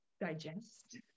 digest